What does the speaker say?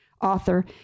author